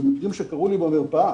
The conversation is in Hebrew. אלה מקרים שקרו לי במרפאה.